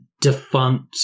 defunct